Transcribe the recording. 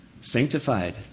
sanctified